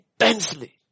intensely